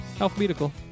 Alphabetical